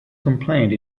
complained